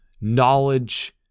knowledge